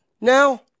now